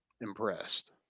impressed